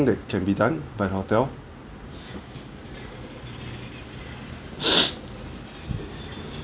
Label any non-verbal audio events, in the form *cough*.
that can be done by the hotel *breath*